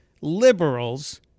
liberals